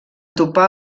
topar